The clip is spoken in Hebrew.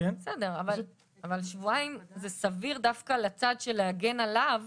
בסדר, אבל שבועיים זה סביר דווקא לצד של להגן עליו